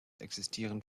existieren